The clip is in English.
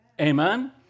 Amen